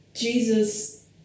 Jesus